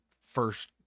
first